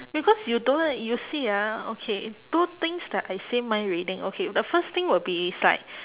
because you don't uh you see ah okay two things that I say mind reading okay the first thing will be it's like